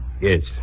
Yes